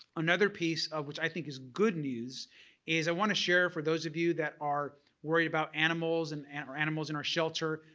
another piece of which i think is good news is i want to share for those of you that are worried about animals and and or animals in our shelter,